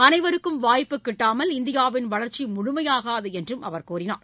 அனைவருக்கும் வாய்ப்பு கிட்டாமல் இந்தியாவின் வளர்ச்சி முழுமையாகாது என்றும் அவர் கூறினார்